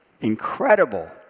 incredible